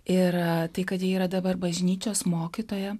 ir tai kad ji yra dabar bažnyčios mokytoja